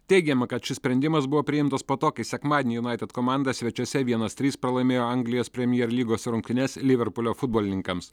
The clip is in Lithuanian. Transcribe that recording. teigiama kad šis sprendimas buvo priimtas po to kai sekmadienį junaitid komanda svečiuose vienas trys pralaimėjo anglijos premjer lygos rungtynes liverpulio futbolininkams